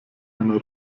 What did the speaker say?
einer